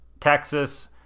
Texas